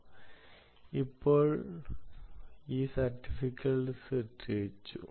അതിനാൽ ഇപ്പോൾ ഈ സർട്ടിഫിക്കറ്റുകൾ സൃഷ്ടിച്ചു